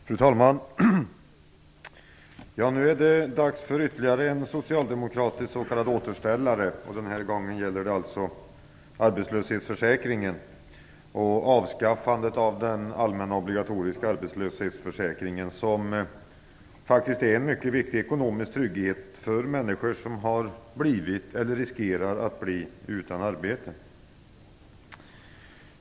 Fru talman! Nu är det dags för ytterligare en socialdemokratisk s.k. återställare. Den här gången gäller det alltså arbetslöshetsförsäkringen och avskaffandet av den allmänna obligatoriska arbetslöshetsförsäkringen, som faktiskt är en mycket viktig ekonomisk trygghet för människor som har blivit eller riskerar att bli utan arbete.